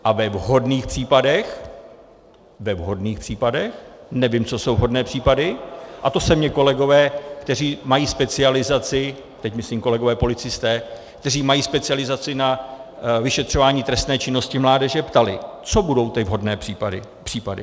A ve vhodných případech ve vhodných případech, nevím, co jsou vhodné případy, a to se mě kolegové, kteří mají specializaci, teď myslím kolegové policisté, kteří mají specializaci na vyšetřování trestné činnosti mládeže, ptali, co budou ty vhodné případy.